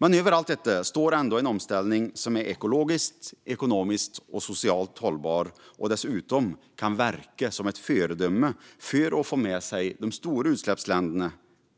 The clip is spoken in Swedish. Men över allt detta står ändå en omställning som är ekologiskt, ekonomiskt och socialt hållbar. Den ska dessutom verka som ett föredöme för att få med sig de stora utsläppsländerna